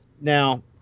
now